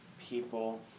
people